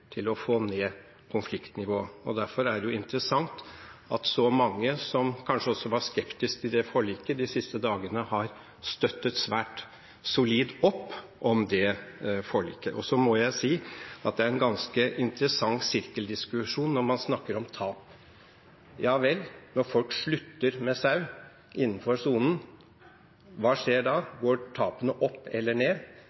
til å få ned konfliktnivået. Derfor er det interessant at så mange som kanskje var skeptiske til det forliket, de siste dagene har støttet svært solid opp om det forliket. Så må jeg si at det er en ganske interessant sirkeldiskusjon når man snakker om tap. Ja vel, når folk slutter med sau innenfor sonen, hva skjer da?